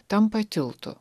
tampa tiltu